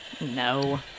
No